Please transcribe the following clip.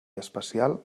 especial